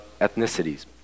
ethnicities